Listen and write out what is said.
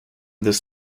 this